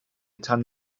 tan